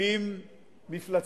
תקדים מפלצתי,